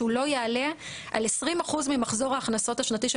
שהוא לא יעלה על 20% ממחזור ההכנסות השנתי של